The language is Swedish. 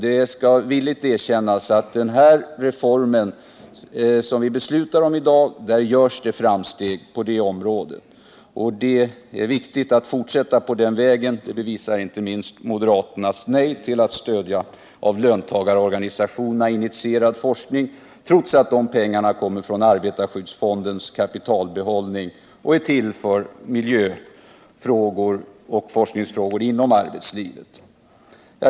Det skall villigt erkännas att den reform som vi beslutar om i dag innebär framsteg på det här området. Det är viktigt att fortsätta på den vägen, vilket inte minst bevisas av moderaternas nej till stöd åt av löntagarorganisationerna initierad forskning, trots att pengarna kommer från arbetarskyddsfondens kapitalbehållning och är till för miljöfrågor och forskningsfrågor inom arbetslivet.